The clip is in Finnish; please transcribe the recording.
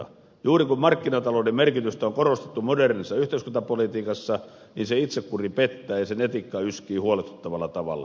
juuri kun markkinatalouden merkitystä on korostettu modernissa yhteiskuntapolitiikassa niin sen itsekuri pettää ja sen etiikka yskii huolestuttavalla tavalla